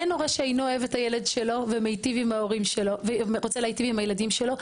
אין הורה שאינו אוהב את הילד שלו ורוצה להיטיב עם הילדים שלו.